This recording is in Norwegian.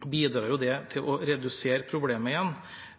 til å redusere problemet igjen.